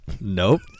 Nope